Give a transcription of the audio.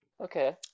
okay